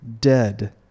dead